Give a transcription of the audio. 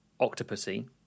Octopussy